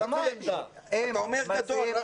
אתה אומר "גדול".